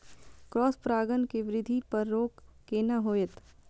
Cross परागण के वृद्धि पर रोक केना होयत?